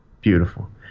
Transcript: beautiful